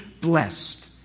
blessed